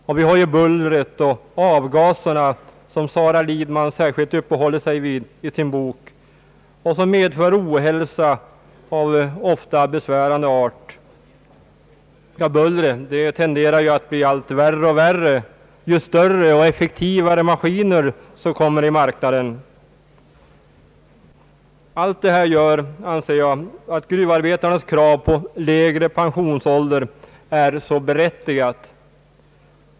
Dessutom har vi bullret och avgaserna, som Sara Lidman särskilt uppehåller sig vid i sin bok och som medför ohälsa av ofta besvärande art. Bullret tenderar ju att bli allt värre och värre ju större och effektivare maskiner som kommer i marknaden. Allt detta gör enligt min uppfattning att gruvarbetarnas krav på lägre pensionsålder är berättigade.